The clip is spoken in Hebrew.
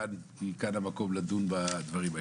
כאן המקום לדון בדברים.